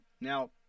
Now